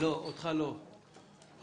אז כולם יושבים?